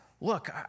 look